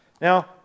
Now